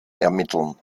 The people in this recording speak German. ermitteln